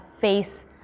face